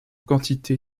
quantité